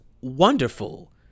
wonderful